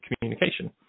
communication